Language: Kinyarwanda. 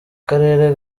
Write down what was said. karere